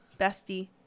bestie